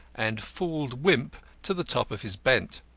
and fooled wimp to the top of his bent.